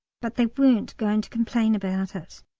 but they weren't going to complain about it.